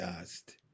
asked